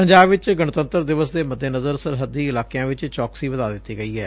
ਪੰਜਾਬ ਵਿਚ ਗਣੰਤਰ ਦਿਵਸ ਦੇ ਮੱਦੇਨਜ਼ਰ ਸਰਹੱਦੀ ਇਲਾਕਿਆਂ ਵਿਚ ਚੌਕਸੀ ਵਧਾ ਦਿੱਡੀ ਗਈ ਐ